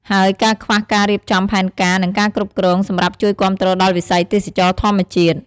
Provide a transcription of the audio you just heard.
ហើយការខ្វះការរៀបចំផែនការ និងការគ្រប់គ្រងសម្រាប់ជួយគាំទ្រដល់វិស័យទេសចរណ៍ធម្មជាតិ ។